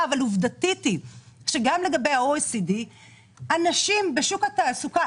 אבל עובדתית היא שגם לגבי ה-OECD הנשים בשוק התעסוקה,